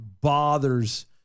bothers